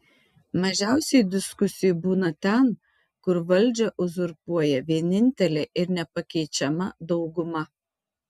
mažiausiai diskusijų būna ten kur valdžią uzurpuoja vienintelė ir nepakeičiama dauguma